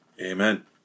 Amen